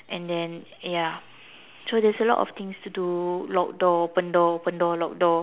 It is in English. and then ya so there's a lot of things to do lock door open door open door lock door